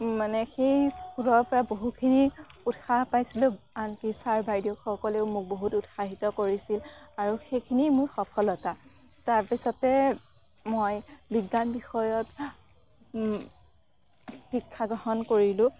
মানে সেই স্কুলৰ পৰা বহুতখিনি উৎসাহ পাইছিলোঁ আনকি চাৰ বাইদেউসকলেও মোক বহুত উৎসাহিত কৰিছিল আৰু সেইখিনি মোৰ সফলতা তাৰপিছতে মই বিজ্ঞান বিষয়ত শিক্ষা গ্ৰহণ কৰিলোঁ